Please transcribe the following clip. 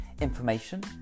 information